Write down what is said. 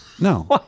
No